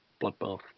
bloodbath